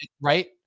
Right